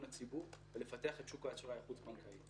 הציבור ולפתח את שוק האשראי החוץ-בנקאי.